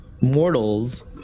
mortals